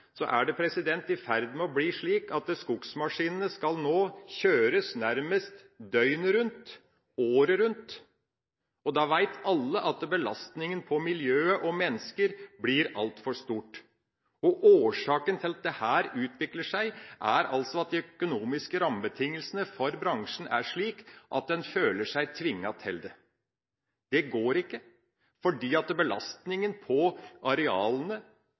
at skogsmaskinene skal kjøres nærmest døgnet rundt, året rundt, og da vet alle at belastninga på miljøet og menneskene blir altfor stor. Årsaken til at dette utvikler seg er at de økonomiske rammebetingelsene for bransjen er slik at den føler seg tvunget til det. Det går ikke, for belastninga på arealene,